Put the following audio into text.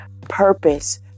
purpose